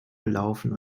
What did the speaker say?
gelaufen